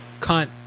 cunt